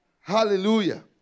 Hallelujah